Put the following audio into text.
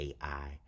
AI